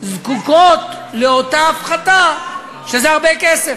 זקוקות לאותה הפחתה, שזה הרבה כסף.